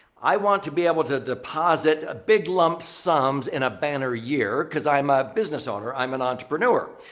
i want to be able to deposit a big lump sums in a banner year because i'm a business owner, i'm an entrepreneur.